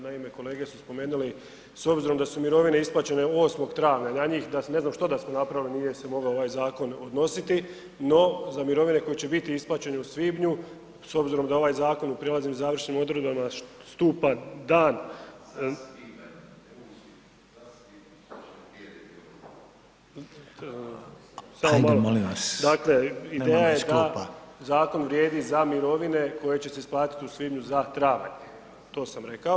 Naime, kolege su spomenuli s obzirom da su mirovine isplaćene 8. travnja, na njih ne znam što da smo napravili nije se mogao ovaj zakon odnositi, no za mirovine koje će biti u svibnju s obzirom da je ovaj zakon u prijelaznim i završnim odredbama stupa dan, samo malo [[Upadica: Ajde molim vas nemojmo iz klupa.]] dakle ideja je da zakon vrijedi za mirovine koje će se isplatiti u svibnju za travanj, to sam rekao.